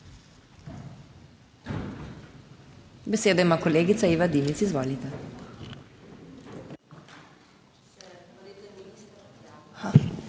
Besedo ima kolegica Iva Dimic, izvolite.